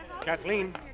Kathleen